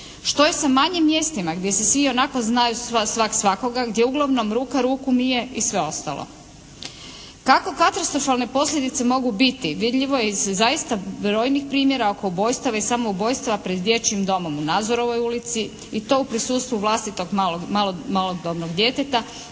Što je sa manjim mjestima gdje se svi ionako znaju svak svakako, gdje uglavnom ruka ruku mije i sve ostalo? Kakve katastrofalne posljedice mogu biti vidljivo je iz zaista brojnih primjera oko ubojstava i samoubojstava pred Dječjim domom u Nazorovoj ulici i to u prisutstvu vlastitog malodobnog djeteta